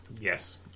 yes